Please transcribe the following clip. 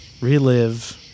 relive